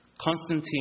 Constantine